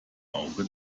auge